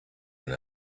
and